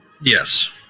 Yes